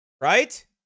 Right